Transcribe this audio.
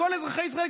לכל אזרחי ישראל,